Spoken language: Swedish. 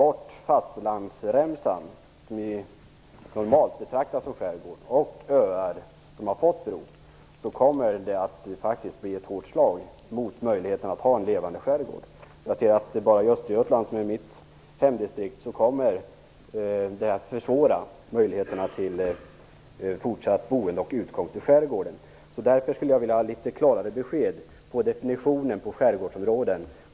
Om fastlandsremsan, som vi normalt betraktar som skärgård, och öar som har fått bro undantas från definitionen, kommer detta att innebära ett hårt slag mot möjligheten att ha en levande skärgård. Bara i Östergötland, som är mitt hemdistrikt, kommer detta att försämra möjligheterna till fortsatt boende och utkomst i skärgården. Jag skulle därför vilja ha litet klarare besked vad gäller definitionen på begreppet skärgård.